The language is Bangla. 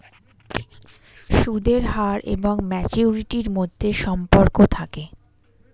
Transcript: সুদের হার এবং ম্যাচুরিটির মধ্যে সম্পর্ক থাকে